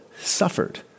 suffered